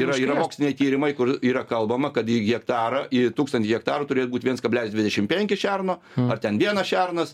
yra yra moksliniai tyrimai kur yra kalbama kad į hektarą į tūkstantį hektarų turės būt viens kablelis dvidešim penki šerno ar ten vienas šernas